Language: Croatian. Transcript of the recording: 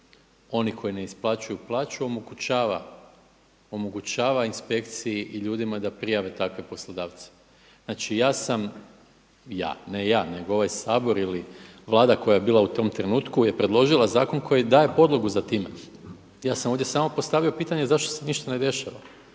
onih koji ne isplaćuju plaću omogućava inspekciji i ljudima da prijave takve poslodavce. Znači ja sam, ja ne ja nego ovaj Sabor ili vlada koja je bila u tom trenutku je predložila zakon koji daje podlogu za time. Ja sam ovdje samo postavio pitanje zašto se ništa ne dešava,